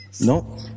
nope